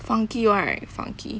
funky right funky